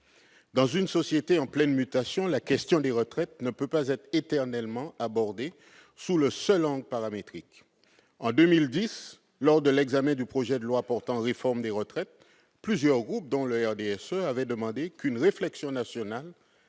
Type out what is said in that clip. Dans une société en pleine mutation, la question des retraites ne peut pas être éternellement abordée sous le seul angle paramétrique. En 2010, lors de l'examen du projet de loi portant réforme des retraites, plusieurs groupes, dont le RDSE, avaient demandé qu'une réflexion nationale